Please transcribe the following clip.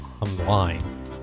online